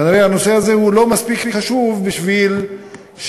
כנראה הנושא הזה הוא לא מספיק חשוב כדי שהמדינה,